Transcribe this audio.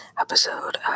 episode